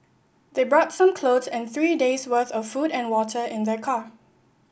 they brought some clothes and three days worth of food and water in their car